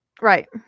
right